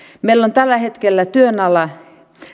meillä on tällä hetkellä työn alla